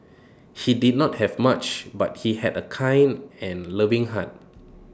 he did not have much but he had A kind and loving heart